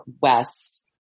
West